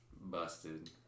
Busted